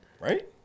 right